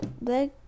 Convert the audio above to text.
black